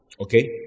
Okay